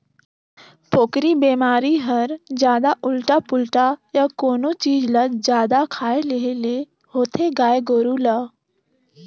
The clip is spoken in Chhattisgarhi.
पोकरी बेमारी हर जादा उल्टा पुल्टा य कोनो चीज ल जादा खाए लेहे ले होथे गाय गोरु ल